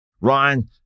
Ryan